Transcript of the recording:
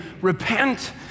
Repent